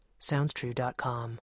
SoundsTrue.com